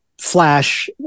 flash